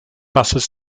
buses